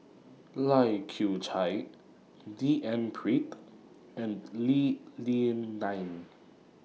Lai Kew Chai D N Pritt and Lee Li Lian